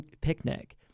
picnic